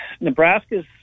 Nebraska's